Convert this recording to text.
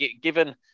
Given –